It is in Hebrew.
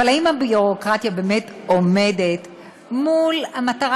אבל האם הביורוקרטיה באמת עומדת מול המטרה,